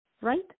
right